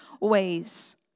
ways